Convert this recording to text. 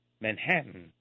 Manhattan